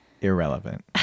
irrelevant